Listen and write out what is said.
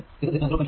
5 0